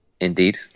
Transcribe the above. Indeed